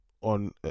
on